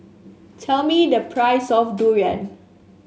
tell me the price of Durian